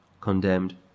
condemned